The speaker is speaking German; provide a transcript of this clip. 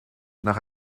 nach